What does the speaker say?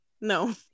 No